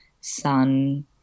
sun